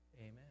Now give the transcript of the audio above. Amen